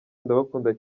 ndabakunda